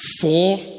four